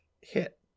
hit